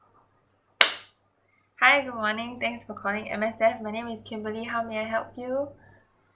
hi morning thanks for calling M_S_F my name is kimberly how may I help you